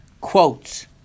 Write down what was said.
quotes